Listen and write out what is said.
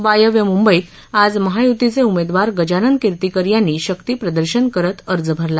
वायव्य मुंबईत आज महायुतीचे उमेदवार गजानन किर्तीकर यांनी शक्ती प्रदर्शन करत अर्ज भरला